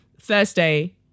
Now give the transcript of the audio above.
Thursday